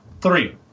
three